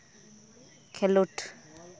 ᱠᱷᱮᱞᱳᱰ